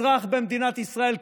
אזרח במדינת ישראל,